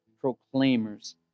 proclaimers